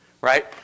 Right